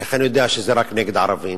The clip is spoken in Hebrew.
איך אני יודע שזה רק נגד ערבים?